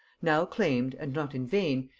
now claimed, and not in vain,